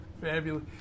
fabulous